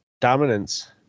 dominance